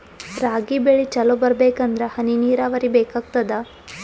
ರಾಗಿ ಬೆಳಿ ಚಲೋ ಬರಬೇಕಂದರ ಹನಿ ನೀರಾವರಿ ಬೇಕಾಗತದ?